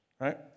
Right